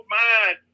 mind